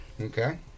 Okay